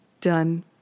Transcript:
done